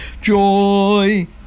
joy